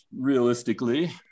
realistically